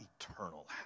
eternal